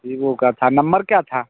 Vivo का था number क्या था